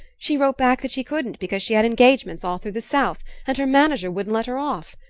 she wrote back that she couldn't because she had engagements all through the south, and her manager wouldn't let her off.